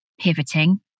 pivoting